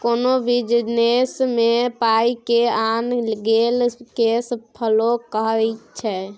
कोनो बिजनेस मे पाइ के आन गेन केस फ्लो कहाइ छै